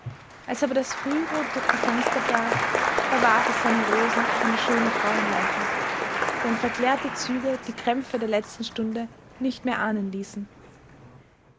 als aber das frührot durch die fenster brach da warf es seine rosen auf eine schöne frauenleiche deren verklärte züge die kämpfe der letzten stunden nicht mehr ahnen ließen